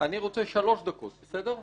אני רוצה שלוש דקות, בסדר?